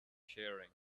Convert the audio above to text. sharing